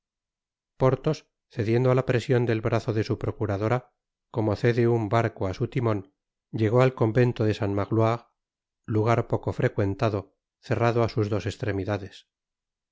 porthos cediendo á la presion del brazo de su procuradora como cede un barco á su timon llegó al convento de san magloire lugar poco frecuentado cerrado á sus dos estremidades de